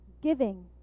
Giving